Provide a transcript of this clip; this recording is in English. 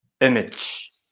image